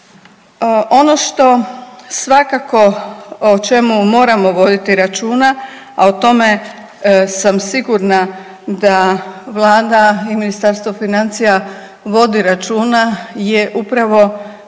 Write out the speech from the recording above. Ono što svakako, o čemu moramo voditi računa, a o tome sam sigurna da Vlada i Ministarstvo financija vodi računa je upravo